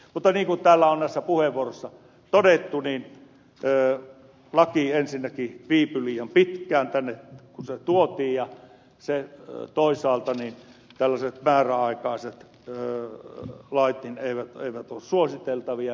mutta niin kuin täällä on näissä puheenvuoroissa todettu niin laki ensinnäkin viipyi liian pitkään tänne kun se tuotiin ja toisaalta niin olisi vähän aikaa se tällaiset määräaikaiset lait eivät ole suositeltavia